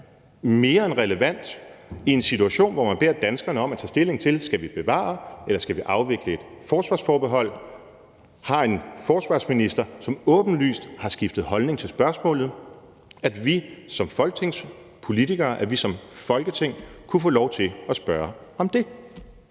mere end relevant i en situation, hvor man beder danskerne om at tage stilling til, om vi skal bevare eller vi skal afvikle et forsvarsforbehold, og hvor vi har en forsvarsminister, som åbenlyst har skiftet holdning til spørgsmålet, at vi som folketingspolitikere og som Folketing kunne få lov til at spørge om det.